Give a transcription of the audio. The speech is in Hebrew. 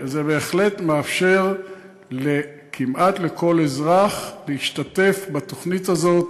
זה בהחלט מאפשר כמעט לכל אזרח להשתתף בתוכנית הזאת